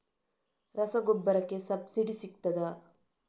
ರಸಗೊಬ್ಬರಕ್ಕೆ ಸಬ್ಸಿಡಿ ಸಿಗ್ತದಾ?